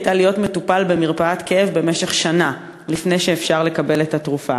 הייתה להיות מטופל במרפאת כאב במשך שנה לפני שאפשר לקבל את התרופה.